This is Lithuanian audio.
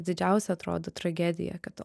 didžiausia atrodo tragedija kad